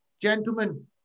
Gentlemen